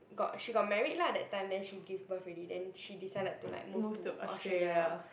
got she got married lah that time then she gave birth already then she decided to like move to Australia